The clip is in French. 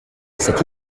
cette